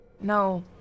No